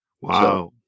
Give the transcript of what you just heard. Wow